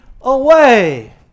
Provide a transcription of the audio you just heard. away